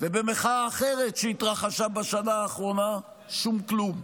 ובמחאה אחרת שהתרחשה בשנה האחרונה, שום כלום.